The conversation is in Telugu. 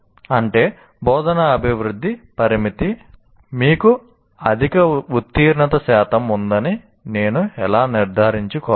అంటే బోధనా అభివృద్ధి పరిమితి మీకు అధిక ఉత్తీర్ణత శాతం ఉందని నేను ఎలా నిర్ధారించుకోవాలి